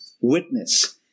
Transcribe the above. witness